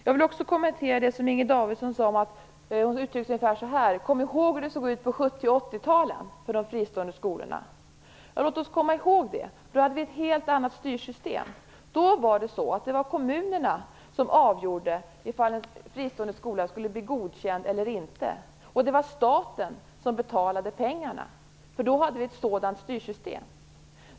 Jag vill också kommentera det som Inger Davidson sade. Hon uttrycket sig ungefär så här: Kom ihåg hur det såg ut på 70 och 80-talet för de fristående skolorna. Låt oss komma ihåg det. Det var ett helt annat styrsystem. Då var det kommunerna som avgjorde ifall en fristående skola skulle bli godkänd eller inte, och det var staten som betalade pengarna, eftersom vi då hade ett sådant styrsystem.